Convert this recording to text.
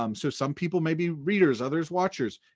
um so some people may be readers, others watchers.